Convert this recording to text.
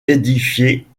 édifiée